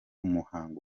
muhango